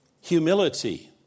Humility